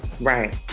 Right